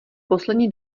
poslední